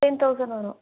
ten thousand வரும்